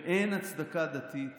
ואין הצדקה דתית